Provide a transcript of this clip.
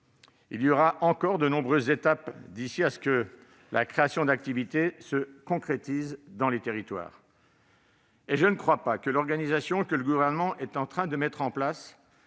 il y aura encore de nombreuses étapes d'ici à ce que la création d'activités se concrétise dans les territoires. Je ne pense pas que l'organisation que le Gouvernement est en train de mettre en place